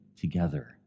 together